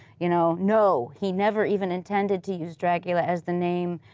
you know no, he never even intended to use dracula as the name.